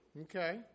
okay